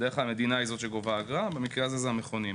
בדרך כלל המדינה היא זאת שגובה אגרה ובמקרה הזה אלה הם המכונים,